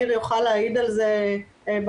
ניר יוכל להעיד עלזה בהמשך.